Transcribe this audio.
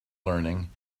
learning